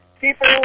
people